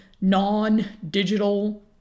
non-digital